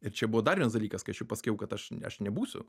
ir čia buvo dar vienas dalykas kai aš jau pasakiau kad aš aš nebūsiu